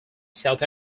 south